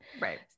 right